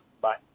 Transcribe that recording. Bye